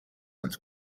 and